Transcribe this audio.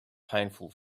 painful